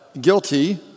Guilty